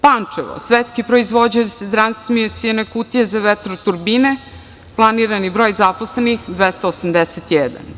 Pančevo, svetski proizvođač transmisione kutije za vetroturbine, planirani broj zaposlenih 281.